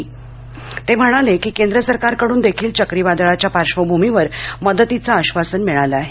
म्ख्यमंत्री म्हणाले की केंद्र सरकारकडून देखील चक्रीवादळाच्या पार्श्वभूमीवर मदतीचं आश्वासन मिळालं आहे